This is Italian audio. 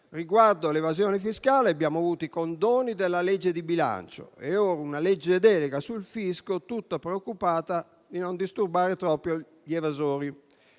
Riguardo all'evasione fiscale, abbiamo avuto i condoni della legge di bilancio e ora una legge delega sul fisco tutta preoccupata di non disturbare troppo gli evasori.